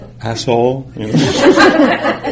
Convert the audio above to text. asshole